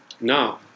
No